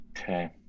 Okay